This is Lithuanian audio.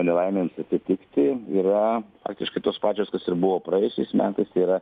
nelaimėms atsitikti yra faktiškai tos pačios kas ir buvo praėjusiais metais tai yra